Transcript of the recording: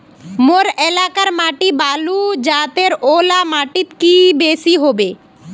मोर एलाकार माटी बालू जतेर ओ ला माटित की बेसी हबे?